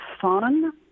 fun